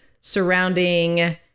surrounding